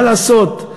מה לעשות,